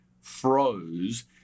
froze